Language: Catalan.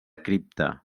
cripta